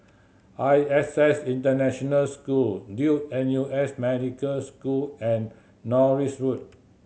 I S S International School Duke N U S Medical School and Norris Road